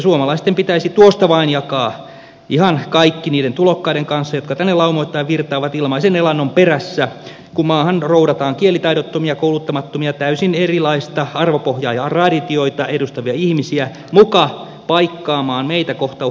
suomalaisten pitäisi tuosta vain jakaa ihan kaikki niiden tulokkaiden kanssa jotka tänne laumoittain virtaavat ilmaisen elannon perässä kun maahan roudataan kielitaidottomia kouluttamattomia täysin erilaista arvopohjaa ja traditioita edustavia ihmisiä muka paikkaamaan meitä kohta uhkaavaa työvoimapulaa